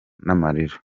n’amarira